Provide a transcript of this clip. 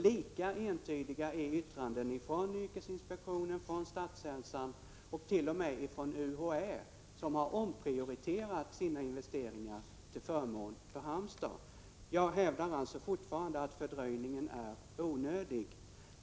Lika entydiga är yttrandena från yrkesinspektionen, statshälsan och t.o.m. UHÄ, som har omprioriterat sina investeringar till förmån för Halmstad. Jag hävdar alltså fortfarande att fördröjningen är onödig.